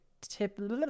tip